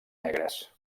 negres